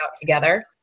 together